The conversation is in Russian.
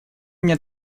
мне